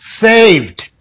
saved